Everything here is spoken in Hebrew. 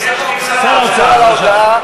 שר האוצר, בבקשה.